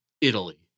Italy